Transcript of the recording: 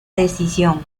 decisión